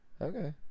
Okay